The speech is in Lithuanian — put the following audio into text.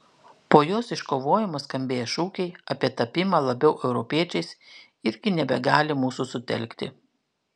po jos iškovojimo skambėję šūkiai apie tapimą labiau europiečiais irgi nebegali mūsų sutelkti